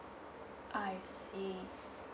I see